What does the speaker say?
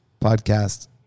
podcast